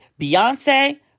Beyonce